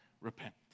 Repent